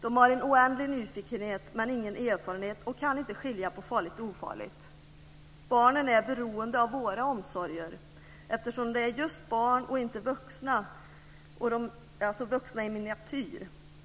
De har en oändlig nyfikenhet men ingen erfarenhet och kan inte skilja på farligt och ofarligt. Barnen är beroende av våra omsorger eftersom de är just barn, inte vuxna i miniatyr.